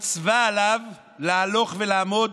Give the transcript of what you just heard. מצווה עליו להלוך ולעמוד.